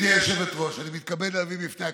גברתי היושבת-ראש, אני מתכבד להביא בפני הכנסת,